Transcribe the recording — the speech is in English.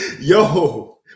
Yo